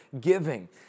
giving